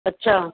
अच्छा